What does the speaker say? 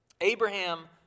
Abraham